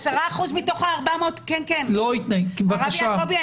הרב יעקבי,